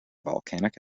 volcanic